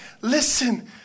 listen